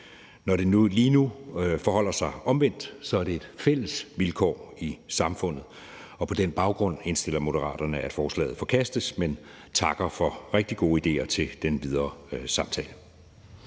Når det lige nu forholder sig omvendt, er det et fælles vilkår i samfundet, og på den baggrund indstiller Moderaterne, at forslaget forkastes, men takker for rigtig gode idéer til den videre samtale.